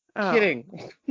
Kidding